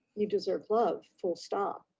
you deserve love, full stop.